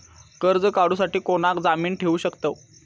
कर्ज काढूसाठी कोणाक जामीन ठेवू शकतव?